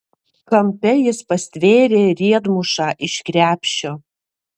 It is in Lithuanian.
kampe jis pastvėrė riedmušą iš krepšio